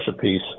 piece